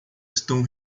estão